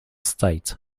state